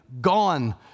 gone